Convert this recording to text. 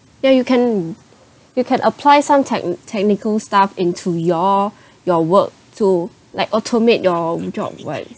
ya you can you can apply some tech~ technical stuff into your your work to like automate your job [what]